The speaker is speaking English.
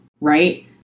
right